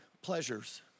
pleasures